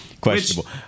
questionable